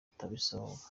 itarasohoka